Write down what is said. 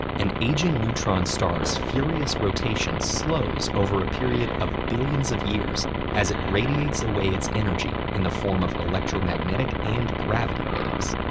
an aging neutron star's furious rotation slows over a period of billions of years as it radiates away its energy in the form of electromagnetic and gravity waves.